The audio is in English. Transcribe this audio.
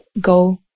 go